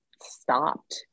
stopped